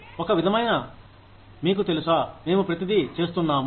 ఒక విధమైన మీకు తెలుసా మేము ప్రతిదీ చేస్తున్నాము